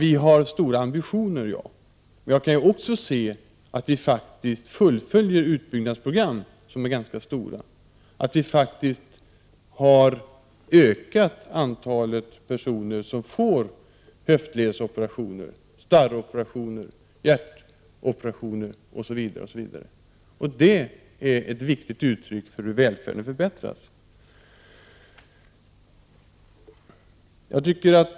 Vi har stora ambitioner, men jag kan också se att vi fullföljer utbyggnadsprogram som är ganska omfattande, och vi har faktiskt ökat det antal personer som får höftledsoperationer, starroperationer, hjärtoperationer osv. Detta är ett viktigt uttryck för hur välfärden förbättrats.